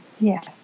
Yes